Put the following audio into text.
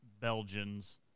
Belgians